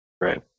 Right